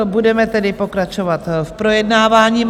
Budeme tedy pokračovat v projednávání.